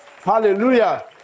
hallelujah